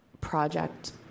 project